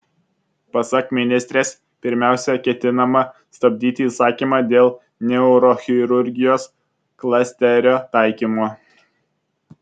pasak ministrės pirmiausia ketinama stabdyti įsakymą dėl neurochirurgijos klasterio taikymo